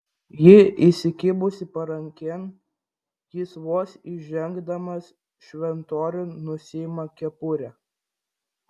ji įsikibusi parankėn jis vos įžengdamas šventoriun nusiima kepurę